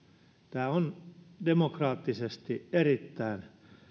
tämä on demokraattisesti erittäin